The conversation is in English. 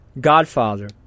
Godfather